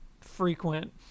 frequent